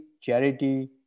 charity